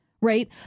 right